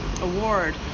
award